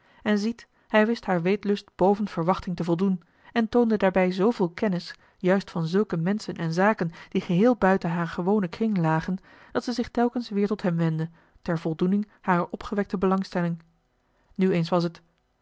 en ziet hij wist haar weetlust boven verwachting te voldoen en toonde daarbij zooveel kennis juist van zulke menschen en zaken die geheel buiten haar gewone kring lagen dat zij zich telkens weêr tot hem wendde ter voldoening harer opgewekte belangstelling nu eens was het